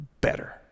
better